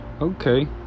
okay